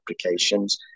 applications